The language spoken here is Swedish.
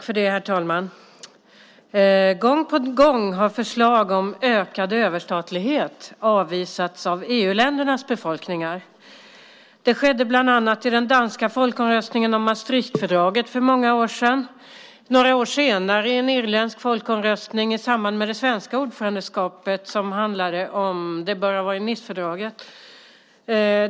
Herr talman! Gång på gång har förslag om ökad överstatlighet avvisats av EU-ländernas befolkningar. Det skedde bland annat i den danska folkomröstningen om Maastrichtfördraget för många år sedan. Några år senare skedde det i en irländsk folkomröstning i samband med det svenska ordförandeskapet som handlade om Nicefördraget.